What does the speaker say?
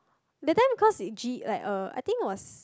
that time cause it G~ uh like I think it was